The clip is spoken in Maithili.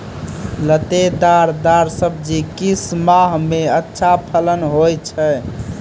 लतेदार दार सब्जी किस माह मे अच्छा फलन होय छै?